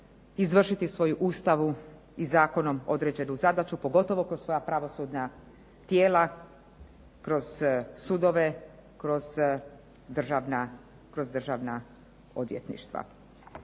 izvršiti svoju ustavom i zakonom određenu zadaću, pogotovo kroz svoja pravosudna tijela, kroz sudove, kroz državna odvjetništva.